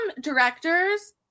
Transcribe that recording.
directors